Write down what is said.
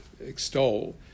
extol